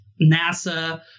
NASA